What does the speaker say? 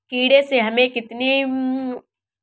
कीड़े से हमें अपनी फसल को कैसे बचाना चाहिए?